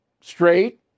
straight